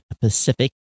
Pacific